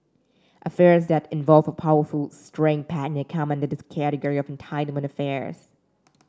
affairs that involve a powerful straying partner come under the category of entitlement affairs